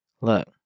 look